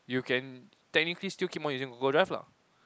you can technically still keep on using Google Drive lah